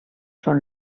són